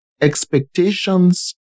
Expectations